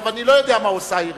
אני לא יודע מה עושה העירייה,